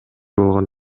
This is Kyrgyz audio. болгон